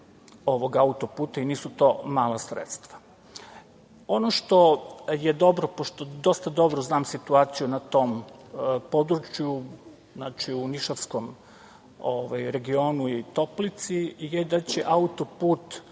ovog auto-puta, i nisu to mala sredstva. Ono što je dobro pošto dosta dobro znam situaciju na tom području u Nišavskom regionu i Toplici i da će autoput